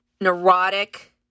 neurotic